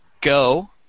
go